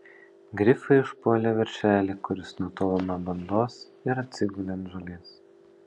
grifai užpuolė veršelį kuris nutolo nuo bandos ir atsigulė ant žolės